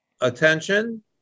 attention